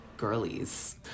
Girlies